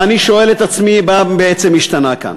ואני שואל את עצמי מה בעצם השתנה כאן.